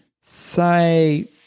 Say